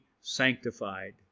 sanctified